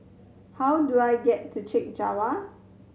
how do I get to Chek Jawa